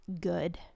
good